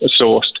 sourced